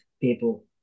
people